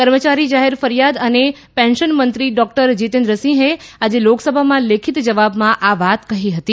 કર્મચારી જાહેર ફરિયાદ અને પેન્શન મંત્રી ડોક્ટર જિતેન્દ્રસિંહે આજે લોકસભામાં લેખિત જવાબમાં આ વાત કહી હતી